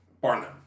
Barnum